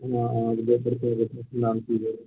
आ दोसरके नाम की भेल